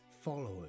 followers